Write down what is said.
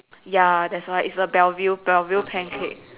ya that's why it's a belville belville pancake